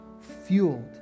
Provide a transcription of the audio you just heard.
fueled